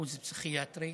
אשפוז פסיכיאטרי.